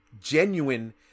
genuine